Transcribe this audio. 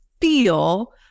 feel